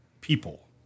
people